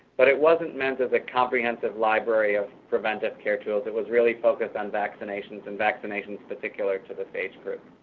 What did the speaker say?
but it wasn't meant as a comprehensive library of preventative care tools, it was really focused on vaccinations, and vaccinations in particular to this age group.